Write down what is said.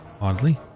Oddly